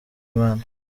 imana